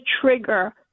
trigger